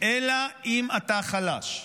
אלא אם אתה חלש,